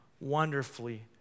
wonderfully